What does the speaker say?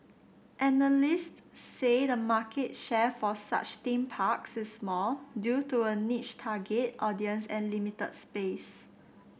analysts say the market share for such theme parks is small due to a niche target audience and limited space